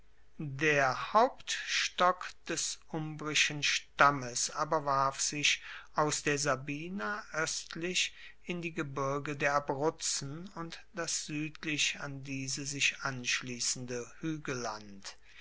der hauptstock des umbrischen stammes aber warf sich aus der sabina oestlich in die gebirge der abruzzen und das suedlich an diese sich anschliessende